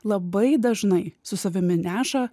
labai dažnai su savimi neša